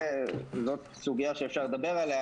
זאת סוגיה שאפשר לדבר עליה,